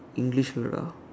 English word lah